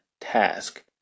task